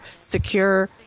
secure